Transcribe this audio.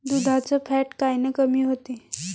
दुधाचं फॅट कायनं कमी होते?